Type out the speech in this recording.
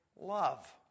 love